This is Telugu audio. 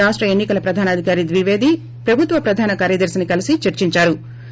రాష్ట ఎన్వికల ప్రధానాధికారి ద్విపేది ప్రభుత్వ్ ప్రధాన కార్యదర్తిని కలిసి చర్సించోరు